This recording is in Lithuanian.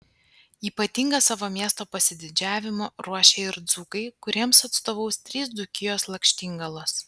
ypatingą savo miesto pasididžiavimą ruošia ir dzūkai kuriems atstovaus trys dzūkijos lakštingalos